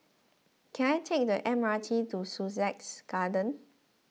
can I take the M R T to Sussex Garden